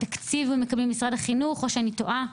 את התקציב מקבלים ממשרד החינוך או שאני טועה?